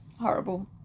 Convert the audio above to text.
horrible